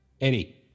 Eddie